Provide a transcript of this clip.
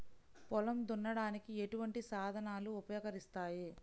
పొలం దున్నడానికి ఎటువంటి సాధనాలు ఉపకరిస్తాయి?